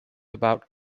about